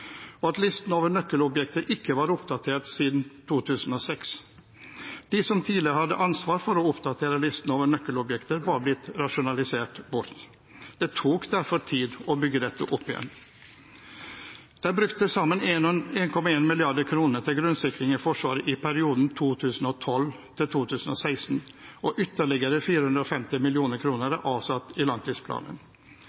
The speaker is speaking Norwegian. og at listen over nøkkelobjekter ikke var oppdatert siden 2006. De som tidligere hadde ansvar for å oppdatere listen over nøkkelobjekter, var blitt rasjonalisert bort. Det tok derfor tid å bygge dette opp igjen. Det er brukt til sammen 1,1 mrd. kr til grunnsikring i Forsvaret i perioden 2012–2016, og ytterligere 450